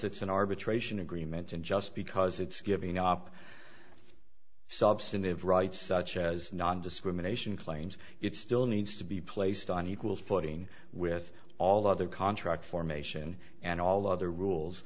it's an arbitration agreement and just because it's giving up substantive rights such as non discrimination claims it still needs to be placed on equal footing with all other contract formation and all other rules